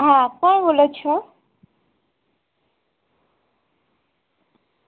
હા કોણ બોલો છો